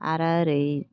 आरो ओरै